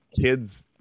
kids